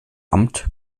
amt